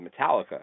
Metallica